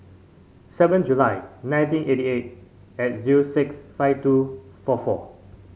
seven July nineteen eighty eight at zero six five two four four